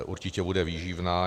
Určitě bude výživná.